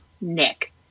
Nick